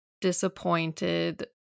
disappointed